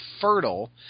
fertile